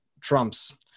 Trumps